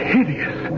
Hideous